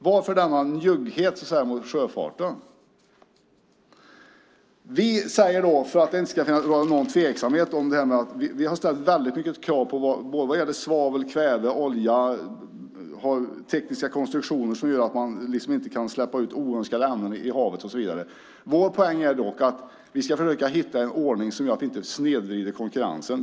Varför denna njugghet mot sjöfarten? Vi ställer mycket krav vad gäller svavel, kväve, olja och tekniska konstruktioner för att man inte ska släppa ut oönskade ämnen i havet. Vår poäng är dock att vi ska hitta en ordning som inte snedvrider konkurrensen.